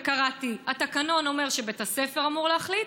וקראתי: התקנון אומר שבית הספר אמור להחליט,